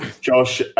Josh